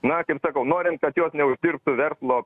na kaip sakau norint kad jos neuždirbtų verslo